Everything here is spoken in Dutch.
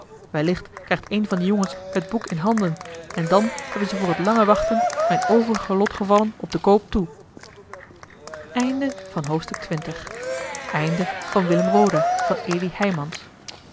wellicht krijgt een van die jongens het boek in handen en dan hebben ze voor het lange wachten mijne overige lotgevallen op den koop toe eli heimans